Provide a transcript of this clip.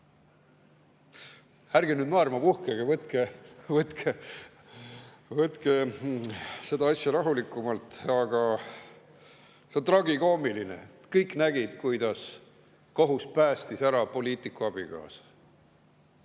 Ärge nüüd naerma puhkege, võtke seda asja rahulikumalt, aga see on tragikoomiline. Kõik nägid, kuidas kohus päästis ära poliitiku abikaasa.